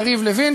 יריב לוין,